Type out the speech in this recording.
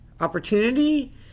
opportunity